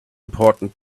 important